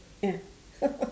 ya